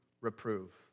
reprove